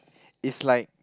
is like